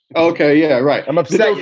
ok. yeah. right. i'm upset. i,